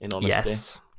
Yes